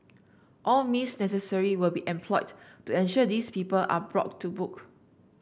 all means necessary will be employed to ensure these people are brought to book